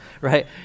right